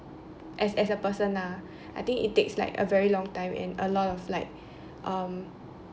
as as a person lah I think it takes like a very long time and a lot of like um